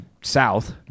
south